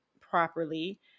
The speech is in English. properly